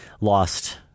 lost